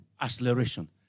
acceleration